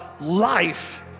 life